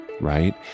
right